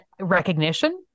recognition